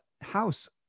house